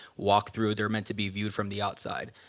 walked through. they're meant to be viewed from the outside.